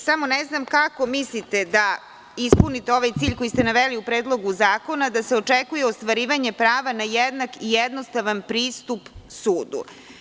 Samo ne znam kako mislite da ispunite ovaj cilj, koji ste naveli u Predlogu zakona, da se očekuje ostvarivanje prava na jednak i jednostavan pristup sudu?